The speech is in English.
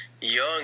young